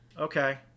okay